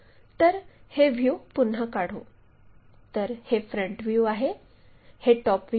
तर हे व्ह्यू पुन्हा काढू तर हे फ्रंट व्ह्यू आहे हे टॉप व्ह्यू आहे